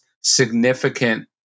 significant